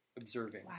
observing